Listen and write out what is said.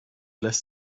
lässt